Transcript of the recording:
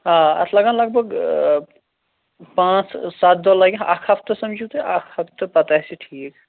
آ اَتھ لگان لگ بگ پانٛژھ سَتھ دۄہ لَگہِ اَکھ ہفتہٕ سوٗچو تُہۍ اَکھ ہفتہٕ پَتہٕ آسہِ یہِ ٹھیٖک